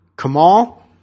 Kamal